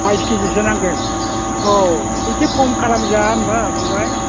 बाइस केजिसो नांगोन औ एसे खम खालाम जाया होनबा फंबाइ